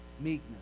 meekness